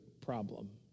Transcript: problem